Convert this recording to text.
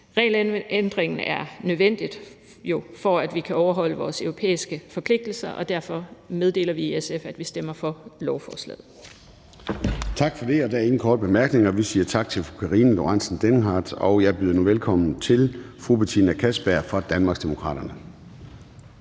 Regelændringen er jo nødvendig, for at vi kan overholde vores europæiske forpligtelser, og derfor kan vi meddele, at vi i SF stemmer for lovforslaget.